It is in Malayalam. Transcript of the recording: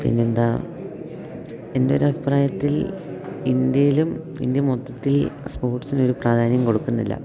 പിന്നെന്താ എൻ്റെ ഒരു അഭിപ്രായത്തിൽ ഇന്ത്യയിലും ഇന്ത്യ മൊത്തത്തിൽ സ്പോർട്സിനൊരു പ്രാധാന്യം കൊടുക്കുന്നില്ല